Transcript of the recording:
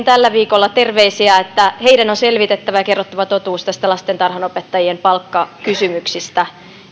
tällä viikolla terveisiä että heidän on selvitettävä ja kerrottava totuus näistä lastentarhanopettajien palkkakysymyksistä